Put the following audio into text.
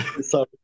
Sorry